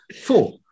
Four